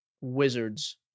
Wizards